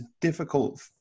difficult